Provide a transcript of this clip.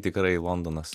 tikrai londonas